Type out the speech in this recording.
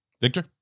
Victor